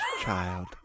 child